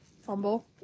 Fumble